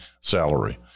salary